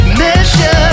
measure